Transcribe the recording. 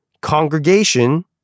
congregation